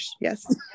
Yes